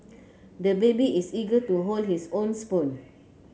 the baby is eager to hold his own spoon